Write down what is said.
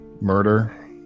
murder